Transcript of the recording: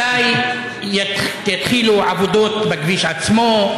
מתי יתחילו העבודות בכביש עצמו,